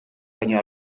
baina